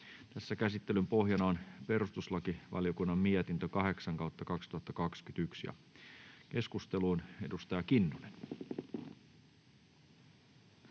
asia. Käsittelyn pohjana on perustuslakivaliokunnan mietintö PeVM 8/2021 vp. — Edustaja Kinnunen.